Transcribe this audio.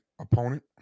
opponent